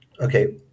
Okay